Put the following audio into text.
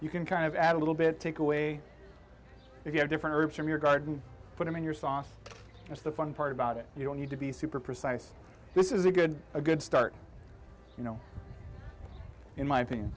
you can kind of add a little bit take away if you have different herbs from your garden put them in your sauce that's the fun part about it you don't need to be super precise this is a good a good start you know in my opinion